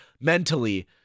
mentally